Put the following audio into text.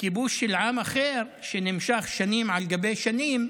כיבוש של עם אחר, שנמשך שנים על גבי שנים,